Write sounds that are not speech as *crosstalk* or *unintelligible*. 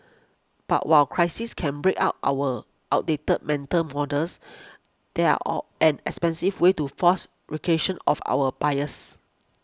but while crises can break out our outdated mental models they are or an expensive way to force *unintelligible* of our biases